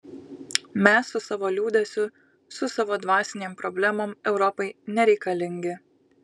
mes su savo liūdesiu su savo dvasinėm problemom europai nereikalingi